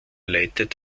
leitet